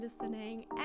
listening